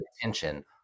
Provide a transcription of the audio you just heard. attention